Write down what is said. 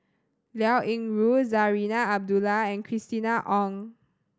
Liao Yingru Zarinah Abdullah and Christina Ong